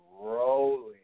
rolling